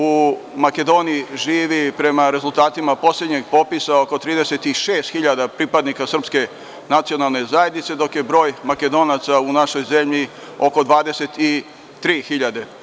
U Makedoniji živi prema rezultatima poslednjeg popisa oko 36.000 pripadnika srpske nacionalne zajednice, dok je broj Makedonaca u našoj zemlji oko 23.000.